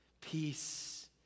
peace